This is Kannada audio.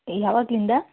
ಯಾವಾಗಿಂದ